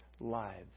lives